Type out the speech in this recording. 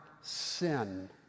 sin